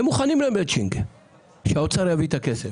הם מוכנים למצ'ינג - שהאוצר יביא את הכסף.